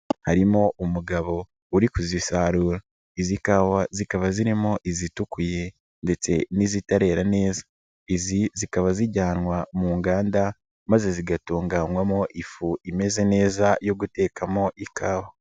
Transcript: Harimo umugabo uri kuzisarura izi kawa zikaba zirimo izitukuye ndetse n'izitarera neza. Izi zikaba zijyanwa mu nganda maze zigatunganywamo ifu imeze neza yo gutekamo ikawa.